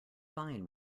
fine